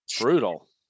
brutal